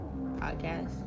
podcast